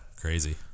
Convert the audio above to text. crazy